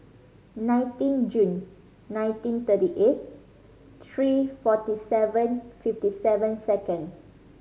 nineteen June nineteen thirty eight three forty seven fifty seven second